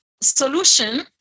solution